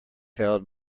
held